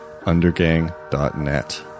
undergang.net